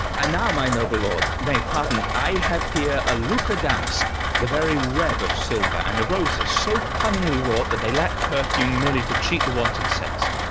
and now, my noble lord nay, pardon, i have here a lucca damask, the very web of silver and the roses so cunningly wrought that they lack perfume merely to cheat the wanton sense.